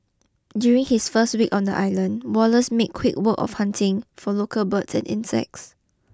during his first week on the island Wallace made quick work of hunting for local birds and insects